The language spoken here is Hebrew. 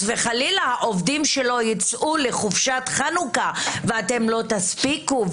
וחלילה העובדים שלו יצאו לחופשת חנוכה ואתם לא תספיקו.